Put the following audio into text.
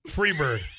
Freebird